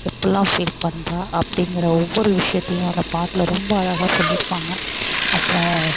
எப்பட்லாம் feel பண்ணுறா அப்படிங்கிற ஒவ்வொரு விஷயத்தையும் அந்த பாட்டில ரொம்ப அழகாக சொல்லியிருப்பாங்க அப்புறோம்